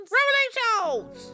Revelations